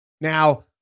Now